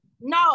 No